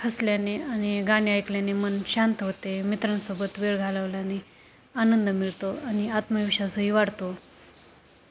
हसल्याने आणि गाणे ऐकल्याने मन शांत होते मित्रांसोबत वेळ घालवल्याने आनंद मिळतो आणि आत्मविश्वासही वाढतो